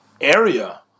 area